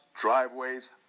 driveways